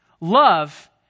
Love